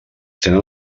tenen